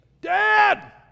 Dad